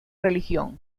religión